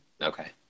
Okay